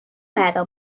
meddwl